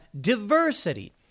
diversity